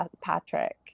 Patrick